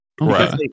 Right